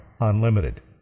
unlimited